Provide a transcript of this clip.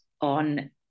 on